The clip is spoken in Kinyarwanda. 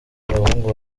abahungu